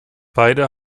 beide